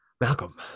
Malcolm